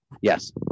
yes